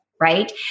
right